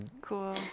Cool